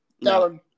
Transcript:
No